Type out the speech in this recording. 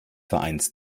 vereins